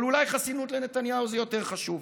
אבל אולי חסינות לנתניהו זה יותר חשוב,